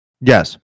yes